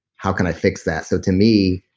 how can i fix that? so to me,